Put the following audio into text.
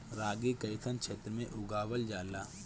रागी कइसन क्षेत्र में उगावल जला?